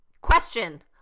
Question